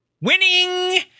Winning